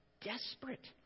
desperate